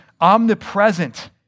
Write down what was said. omnipresent